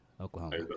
Oklahoma